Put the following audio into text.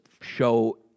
show